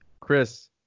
Chris